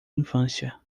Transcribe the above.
infância